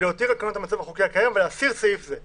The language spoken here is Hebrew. "להותיר על כנו את המצב החוקי הקיים ולהסיר סעיף זה".